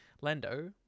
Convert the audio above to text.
Lando